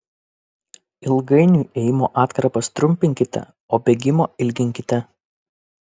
ilgainiui ėjimo atkarpas trumpinkite o bėgimo ilginkite